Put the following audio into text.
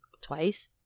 twice